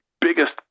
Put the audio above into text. biggest